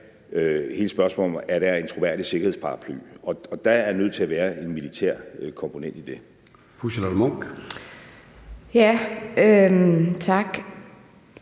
hele spørgsmålet om, om der er en troværdig sikkerhedsparaply, og der er nødt til at være en militær komponent i det.